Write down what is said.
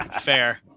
fair